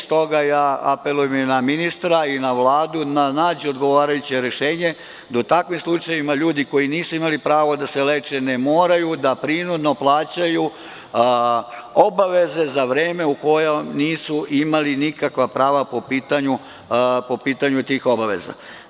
Stoga apelujem i na ministra i na Vladu da nađu odgovarajuće rešenje da u takvim slučajevima ljudi koji nisu imali pravo da se leče ne moraju da prinudno plaćaju obaveze za vreme u kojem nisu imali nikakva prava po pitanju tih obaveza.